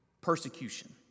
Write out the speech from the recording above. persecution